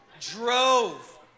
drove